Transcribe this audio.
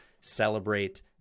celebrate